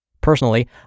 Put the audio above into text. Personally